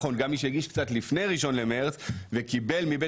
נכון גם מי שהגיש קצת לפני ה- 1 למרץ וקיבל מבית